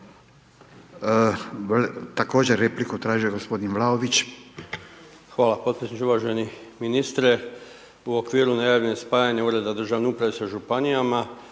Također repliku tražio g. Vlaović. **Vlaović, Davor (HSS)** Hvala potpredsjedniče, uvaženi ministre. U okviru najave spajanja Ureda državne uprave sa županijama,